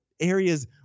areas